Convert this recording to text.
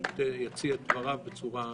המציע יציע את דבריו, את ההצעה בצורה נרחבת,